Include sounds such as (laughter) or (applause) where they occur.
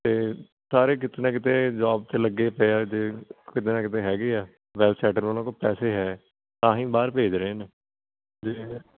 ਤੇ ਸਾਰੇ ਕਿਤੇ ਨਾ ਕਿਤੇ ਜੌਬ ਤੇ ਲੱਗੇ ਪਏ ਐ ਜੇ ਕਿਤੇ ਨਾ ਕਿਤੇ ਹੈਗੇ ਐ ਵੈਲਸੈਟਲ ਉਨ੍ਹਾਂ ਕੋਲ ਪੈਸੇ ਹੈ ਤਾਹੀਂ ਬਾਹਰ ਭੇਜ ਰਹੇ ਨੇ (unintelligible)